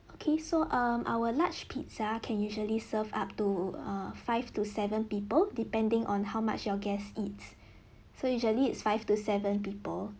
okay so um our large pizza can usually served up to err five to seven people depending on how much our guests eat so usually it's five to seven people